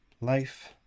life